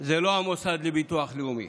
הם לא המוסד לביטוח לאומי